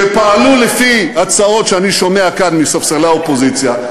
שפעלו לפי הצעות שאני שומע כאן מספסלי האופוזיציה,